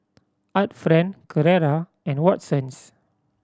Art Friend Carrera and Watsons